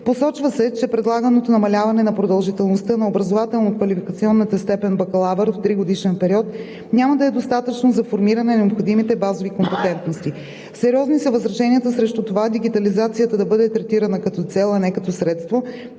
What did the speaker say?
Посочва се, че предлаганото намаляване на продължителността на образователно-квалификационната степен „бакалавър“ в тригодишен период няма да е достатъчно за формиране на необходимите базови компетентности. Сериозни са възраженията срещу това дигитализацията да бъде третирана като цел, а не като средство,